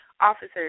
officers